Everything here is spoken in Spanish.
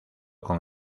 con